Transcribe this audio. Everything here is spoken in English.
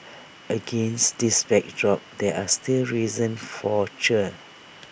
against this backdrop there are still reasons for cheer